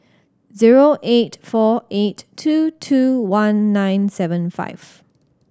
zero eight four eight two two one nine seven five